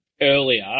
earlier